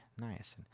Nice